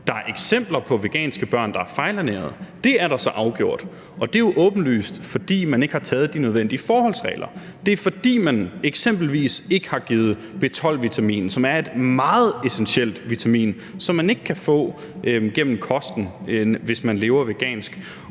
Der er eksempler på veganske børn, der er fejlernærede. Det er der så afgjort, og det er jo åbenlyst, fordi man ikke har taget de nødvendige forholdsregler. Det er, fordi man eksempelvis ikke har givet dem B 12-vitamin, som er et meget essentielt vitamin, som man ikke kan få igennem kosten, hvis man lever vegansk.